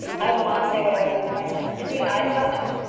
i will not say what i believe myself. indeed i do not know.